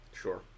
sure